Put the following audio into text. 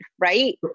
right